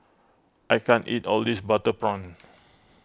I can't eat all this Butter Prawn